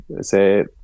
say